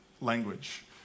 language